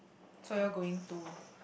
so you all going to